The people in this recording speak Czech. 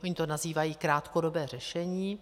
Oni to nazývají krátkodobé řešení.